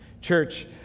Church